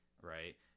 right